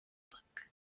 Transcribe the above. book